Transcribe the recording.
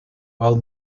while